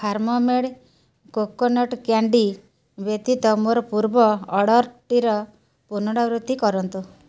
farm made coconut candy ବ୍ୟତୀତ ମୋର ପୂର୍ବ ଅର୍ଡ଼ର୍ଟିର ପୁନରାବୃତ୍ତି କରନ୍ତୁ